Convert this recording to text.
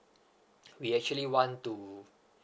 we actually want to